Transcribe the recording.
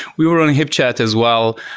we were on hipchats as well.